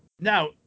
Now